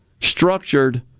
structured